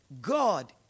God